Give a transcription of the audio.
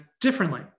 differently